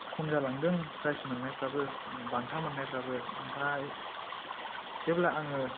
खम जालांदों फ्रायस मोन्नायफ्राबो बान्था मोन्नायफोराबो ओमफाय जेब्ला आङो